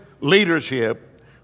leadership